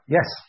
Yes